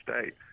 state